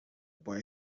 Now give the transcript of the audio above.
boy